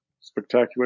spectacular